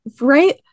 Right